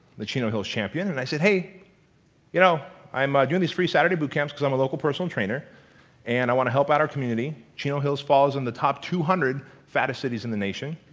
the chino hills champion, and i said, you know, i'm ah doing these free saturday boot camps because i'm a local personal trainer and i want to help out our community. chino hills falls in the top two hundred fattest cities in the nation.